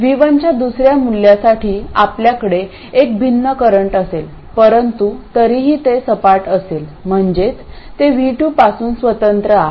V1 च्या दुसर्या मूल्यासाठी आपल्याकडे एक भिन्न करंट असेल परंतु तरीही ते सपाट असेल म्हणजेच ते V2 पासून स्वतंत्र आहे